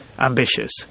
Ambitious